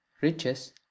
riches